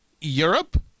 Europe